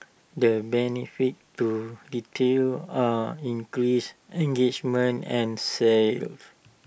the benefits to retailers are increased engagement and sales